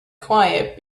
quiet